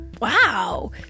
Wow